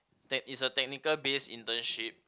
tech is a technical base internship